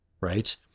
right